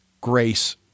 Grace